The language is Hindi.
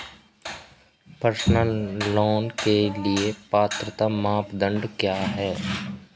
पर्सनल लोंन के लिए पात्रता मानदंड क्या हैं?